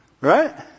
right